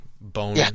bone